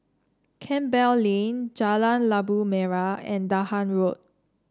Campbell Lane Jalan Labu Merah and Dahan Road